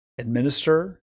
Administer